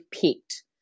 picked